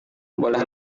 boleh